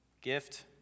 Gift